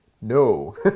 no